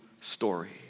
story